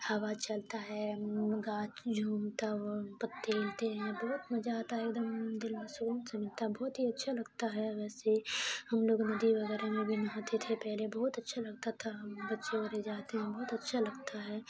ہوا چلتا ہے گاچھ جھومتا پتے ہلتے ہیں بہت مزہ آتا ہے ایک دم دل کو سکون سا ملتا ہے بہت ہی اچھا لگتا ہے ویسے ہم لوگ ندی وغیرہ میں بھی نہاتے تھے پہلے بہت اچھا لگتا تھا ہم بچے وغیرہ جاتے ہیں بہت اچھا لگتا ہے